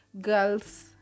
girls